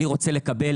אני רוצה לקבל